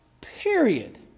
period